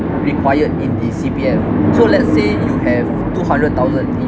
required in the C_P_F so let's say you have two hundred thousand in